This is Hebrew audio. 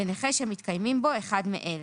לנכה שמתקיימים בו אחד מאלה: